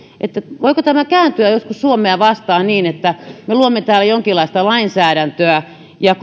voiko tämä kääntyä joskus suomea vastaan niin että me luomme täällä jonkinlaista lainsäädäntöä ja